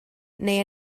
neu